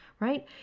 right